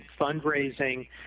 fundraising